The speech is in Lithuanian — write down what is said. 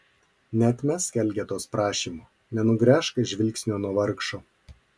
neatmesk elgetos prašymo nenugręžk žvilgsnio nuo vargšo